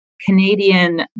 Canadian